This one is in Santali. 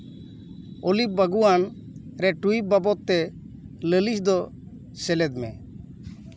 ᱚᱞᱤᱵᱷ ᱵᱟᱜᱩᱣᱟᱱ ᱨᱮ ᱴᱩᱭᱤᱵ ᱵᱟᱵᱚᱫ ᱛᱮ ᱞᱟᱹᱞᱤᱥ ᱫᱚ ᱥᱮᱞᱮᱫ ᱢᱮ